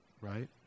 right